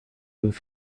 with